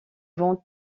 ventes